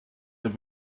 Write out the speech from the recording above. have